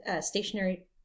stationary